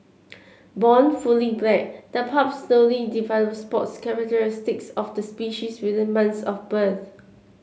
born fully black the pups slowly develop spots characteristic of the species within months of birth